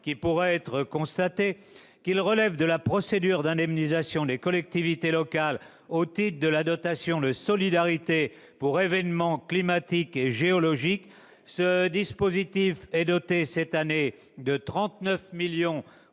qui pourraient être constatés relèvent de la procédure d'indemnisation des collectivités locales au titre de la dotation de solidarité pour événements climatiques et géologiques. Ce dispositif est doté, cette année, de 39 millions